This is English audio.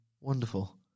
wonderful